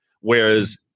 whereas